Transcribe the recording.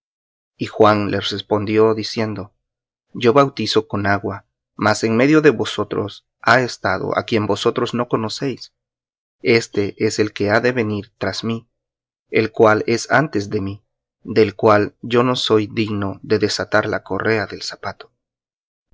y juan les respondió diciendo yo bautizo con agua mas en medio de vosotros ha estado á quien vosotros no conocéis este es el que ha de venir tras mí el cual es antes de mí del cual yo no soy digno de desatar la correa del zapato